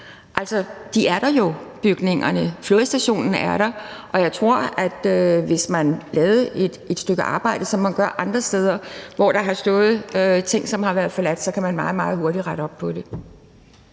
er der jo; flådestationen er der, og jeg tror, at hvis man lavede et stykke arbejde, som man gør andre steder, hvor der har stået ting, som har været forladt, så kan man meget, meget hurtigt rette op på det.